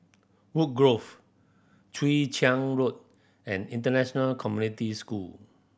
Woodgrove Chwee Chian Road and International Community School